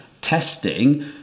testing